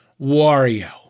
Wario